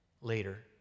later